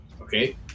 Okay